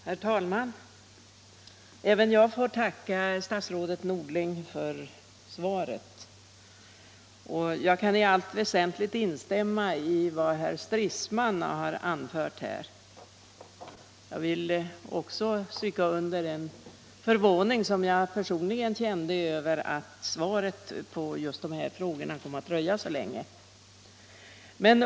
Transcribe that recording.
Herr talman! Även jag får tacka statsrådet Norling för svaret. Jag kan i allt väsentligt instämma i vad herr Stridsman har anfört här. Jag vill också stryka under den förvåning som jag personligen kände över att svaret på just de här frågorna kom att dröja så länge.